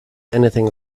anything